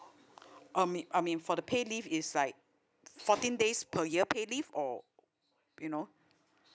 I mean I mean for the pay leave is like fourteen days per year pay leave or you know